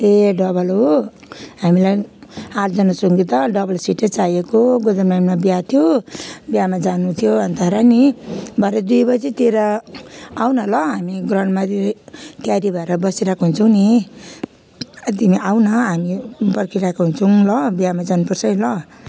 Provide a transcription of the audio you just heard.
ए double हो हामीलाई नि आठजना छौँ कि त डबल सिटै चाहिएको गोदमेनमा बिहा थियो बिहामा जानु थियो अनि त र नि भरे दुई बजेतिर आऊ न ल हामी ग्राउन्डमा तिरै तयारी भएर बसिरहेको हुन्छौँ नि तिमी आऊ न हामी पर्खिरहेको हुन्छौँ ल बिहामा जानुपर्छ है ल